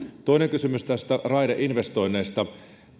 toinen kysymys näistä raideinvestoinneista